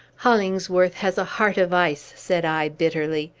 hollingsworth has a heart of ice! said i bitterly.